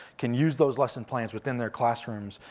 can use those lessons plans within their classrooms,